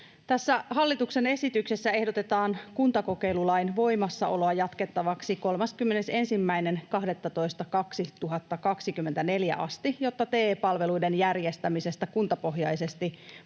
hallituksen esityksessä ehdotetaan kuntakokeilulain voimassaoloa jatkettavaksi 31.12.2024 asti, jotta TE-palveluiden järjestämisestä kuntapohjaisesti